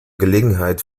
gelegenheit